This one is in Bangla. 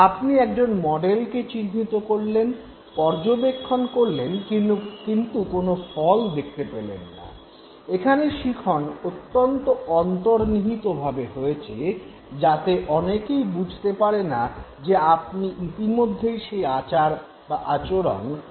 আপনি একজন মডেলকে চিহ্নিত করলেন পর্যবেক্ষণ করলেন কিন্তু কোনো ফল দেখতে পেলেন না - এখানে শিখন অত্যন্ত অন্তর্নিহিতভাবে হয়েছে যতে অনেকেই বুঝতে পারেনা যে আপনি ইতিমধ্যেই সেই আচরণ আয়ত্ত করতে পেরেছেন